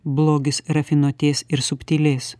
blogis rafinuotės ir subtylės